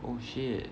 oh shit